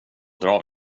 drar